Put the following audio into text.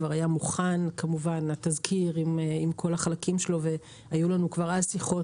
כבר היה מוכן התזכיר עם כל החלקים שלו והיו לנו כבר אז שיחות